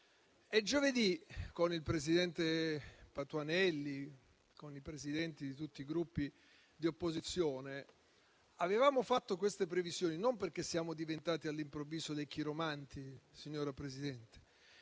E giovedì, con il presidente Patuanelli e con i Presidenti di tutti i Gruppi di opposizione, avevamo fatto queste previsioni non perché siamo diventati all'improvviso dei chiromanti, signora Presidente,